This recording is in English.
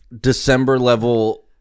December-level